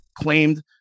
claimed